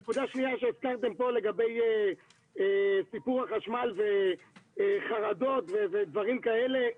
נקודה שנייה שהזכרתם פה לגמרי סיפור החשמל וחרדות ודברים כאלה.